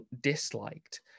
disliked